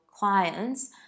clients